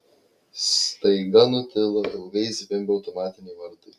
staiga nutilo ilgai zvimbę automatiniai vartai